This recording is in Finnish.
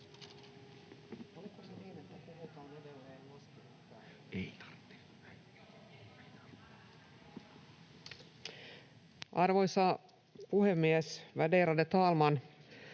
Arvoisa puhemies, värderade talman!